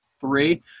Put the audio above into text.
three